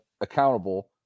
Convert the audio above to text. accountable